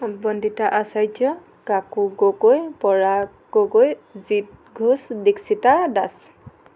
Bandita Acharya Kaku Gogoi Parag Gogoi Jit Ghosh Dikshita Das